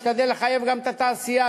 אני משתדל לחייב גם את התעשייה,